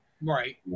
Right